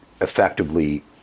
effectively